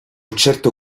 certo